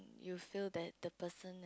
you feel that the person